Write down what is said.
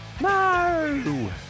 no